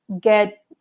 get